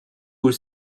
aux